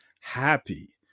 happy